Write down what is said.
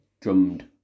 drummed